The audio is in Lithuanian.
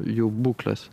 jų būklės